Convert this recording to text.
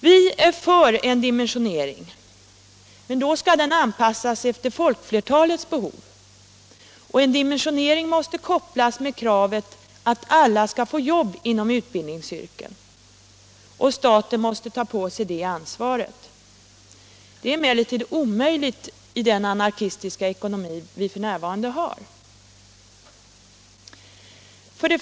Vi är för en dimensionering men då anpassad efter folkflertalets behov. En dimensionering måste kopplas samman med kravet att alla skall få jobb inom utbildningsyrket, och staten måste ta på sig det ansvaret. Det är emellertid omöjligt i den anarkistiska ekonomi vi f.n. har. 4.